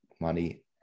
money